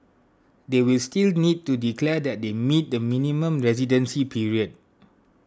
they will still need to declare that they meet the minimum residency period